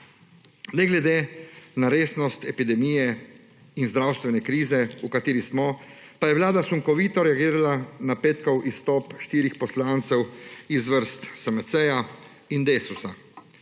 Ne glede na resnost epidemije in zdravstvene krize, v kateri smo, pa je vlada sunkovito reagirala na petkov izstop štirih poslancev iz vrst SMC in Desusa.